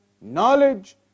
knowledge